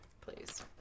please